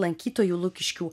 lankytojų lukiškių